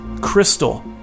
crystal